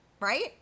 right